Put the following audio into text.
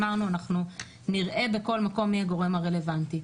אמרנו שאנחנו נראה בכל מקום מי הגורם הרלוונטי.